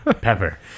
Pepper